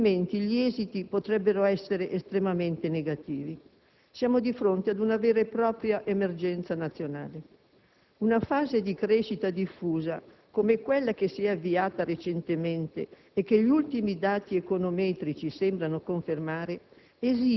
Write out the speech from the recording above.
economia o gli esiti potrebbero essere estremamente negativi. Siamo di fronte ad una vera e propria emergenza nazionale. Una fase di crescita diffusa come quella che si è avviata recentemente e che gli ultimi dati econometrici sembrano confermare